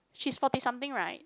she's forty something right